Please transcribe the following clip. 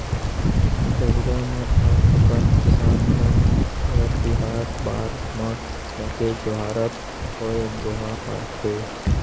गहिरा मन ह अपन किसान मन घर तिहार बार म जाके जोहारत होय दोहा पारथे